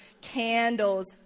candles